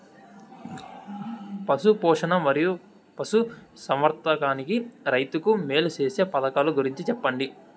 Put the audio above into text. పశు పోషణ మరియు పశు సంవర్థకానికి రైతుకు మేలు సేసే పథకాలు గురించి చెప్పండి?